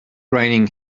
raining